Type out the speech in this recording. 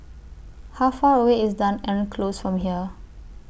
How Far away IS Dunearn Close from here